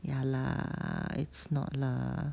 ya lah it's not lah